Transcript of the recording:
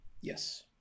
yes